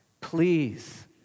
Please